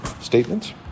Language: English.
statements